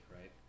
right